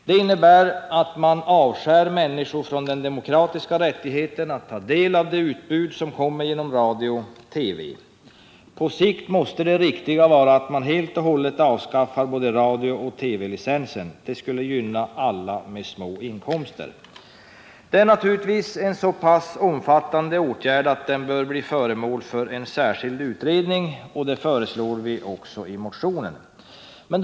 Det innebär att man avskär människor från den demokratiska rättigheten att ta del av programutbudet från radio och TV. På sikt måste det riktiga vara att helt och hållet avskaffa både radiooch TV-licensen. Det skulle gynna alla med små inkomster. Det är naturligtvis en så omfattande åtgärd att den bör bli föremål för en särskild utredning, vilket vi också föreslår i motionen.